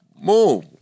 Move